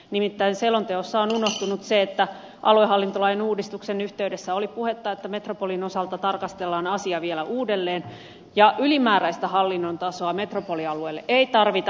nimittäin selonteossa on unohtunut se että aluehallintolain uudistuksen yhteydessä oli puhetta että metropolin osalta tarkastellaan asia vielä uudelleen ja ylimääräistä hallinnon tasoa metropolialueelle ei tarvita